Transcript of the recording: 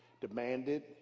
demanded